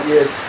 Yes